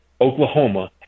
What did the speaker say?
Oklahoma